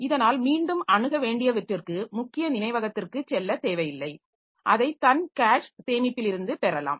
இதனால் மீண்டும் அணுக வேண்டியவற்றிற்க்கு முக்கிய நினைவகத்திற்குச் செல்லத் தேவையில்லை அதை தன் கேஷ் சேமிப்பிலிருந்து பெறலாம்